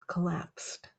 collapsed